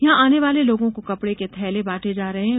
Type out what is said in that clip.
यहां आने वाले लोगों को कपड़े के थैले बांटे जा रहे हैँ